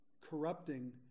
corrupting